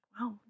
wow